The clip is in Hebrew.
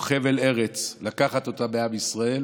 או לקחת חבל ארץ מעם ישראל